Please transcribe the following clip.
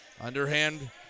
Underhand